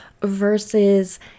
versus